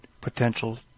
potential